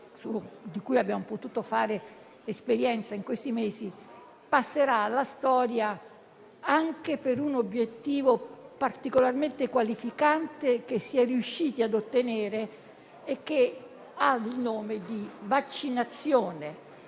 di cui abbiamo potuto fare esperienza in questi mesi, passerà alla storia anche per un obiettivo particolarmente qualificante che si è riusciti ad ottenere e che ha il nome di vaccinazione.